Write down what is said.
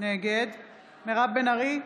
נגד מירב בן ארי,